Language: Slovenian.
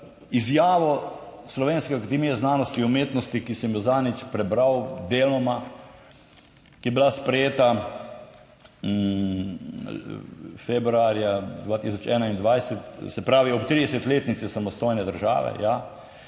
izjavo Slovenske akademije znanosti in umetnosti, ki sem jo zadnjič prebral deloma, ki je bila sprejeta februarja 2021, se pravi, ob 30-letnici samostojne države,